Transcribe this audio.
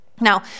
Now